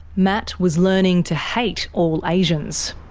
matt was learning to hate all asians.